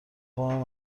وام